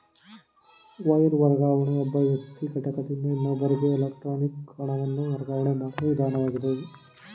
wire ವರ್ಗಾವಣೆ ಒಬ್ಬ ವ್ಯಕ್ತಿ ಘಟಕದಿಂದ ಇನ್ನೊಬ್ಬರಿಗೆ ಎಲೆಕ್ಟ್ರಾನಿಕ್ ಹಣವನ್ನು ವರ್ಗಾವಣೆ ಮಾಡುವ ವಿಧಾನವಾಗಿದೆ